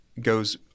goes